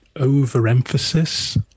overemphasis